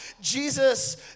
Jesus